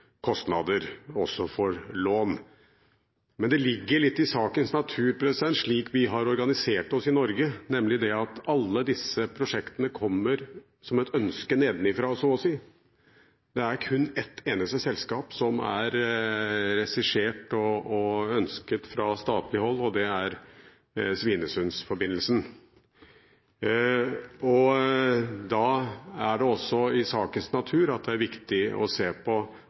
kostnader også for lån. Men slik vi har organisert oss i Norge, ligger det litt i sakens natur at alle disse prosjektene kommer så å si som et ønske nedenfra. Det er kun ett eneste selskap som er regissert og ønsket fra statlig hold, og det er Svinesund-forbindelsen. Da ligger det også i sakens natur at det er viktig å se på